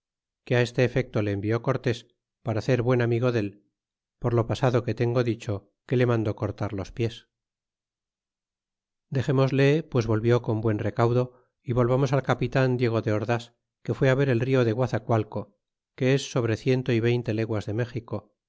que á este efecto le envió cortes para hacer buen amigo del por lo pasado que dicho tengo que le mandó cortar los pies dexemosle pues volvió con buen recaudo y volvamos al capitan diego de ordas que fue a ver el rio de guazacualco que es sobre ciento y veinte leguas de méxico